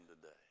today